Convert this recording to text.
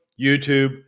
YouTube